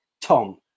Tom